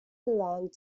belonged